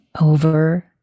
over